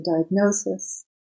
diagnosis